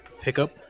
pickup